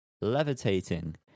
levitating